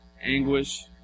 Anguish